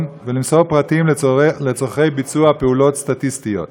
ולמסור פרטים לצורכי ביצוע פעולות סטטיסטיות.